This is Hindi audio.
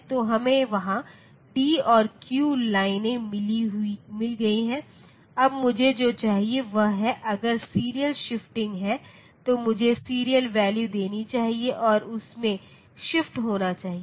तो हमें वहां d और q लाइनें मिल गई हैं अब मुझे जो चाहिए वह है अगर सीरियल शिफ्टिंग है तो मुझे सीरियल वैल्यू देनी चाहिए और उसमें शिफ्ट होना चाहिए